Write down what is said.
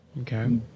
Okay